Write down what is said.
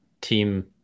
team